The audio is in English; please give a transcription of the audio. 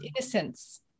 innocence